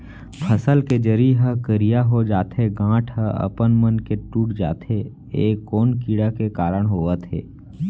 फसल के जरी ह करिया हो जाथे, गांठ ह अपनमन के टूट जाथे ए कोन कीड़ा के कारण होवत हे?